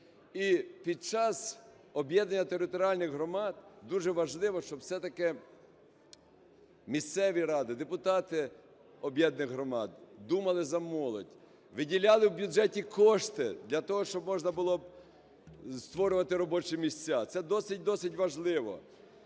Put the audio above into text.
І під час об'єднання територіальних громад дуже важливо, щоб все-таки місцеві ради, депутати об'єднаних громад думали за молодь, виділяли в бюджеті кошти для того, щоб можна було створювати робочі місця. Це досить-досить важливо.